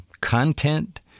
content